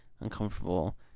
uncomfortable